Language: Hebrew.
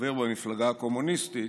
כחבר במפלגה הקומוניסטית,